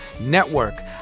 Network